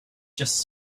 just